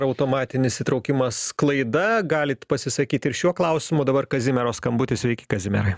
automatinis įtraukimas klaida galit pasisakyt ir šiuo klausimu dabar kazimiero skambutis sveiki kazimierai